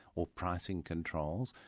or pricing controls,